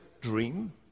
dream